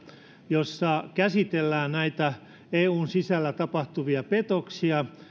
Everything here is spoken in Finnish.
jossa käsitellään näitä eun sisällä tapahtuvia petoksia